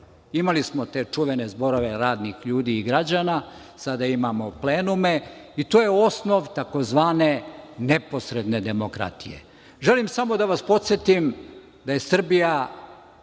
Imali smo te čuvene zborove radnih ljudi i građana, sada imamo plenume i to je osnov tzv. neposredne demokratije. Želim samo da vas podsetim da je Srbija